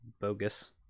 bogus